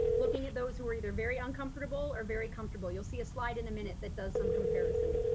looking at those who are either very uncomfortable or very comfortable, you'll see a slide in a minute that does some comparison.